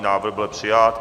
Návrh byl přijat.